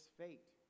fate